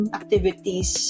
activities